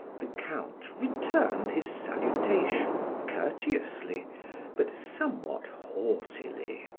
the count returned his salutation courteously but somewhat haughtily.